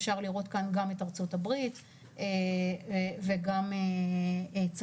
אפשר לראות כאן גם את ארצות הברית וגם את צרפת,